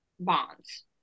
bonds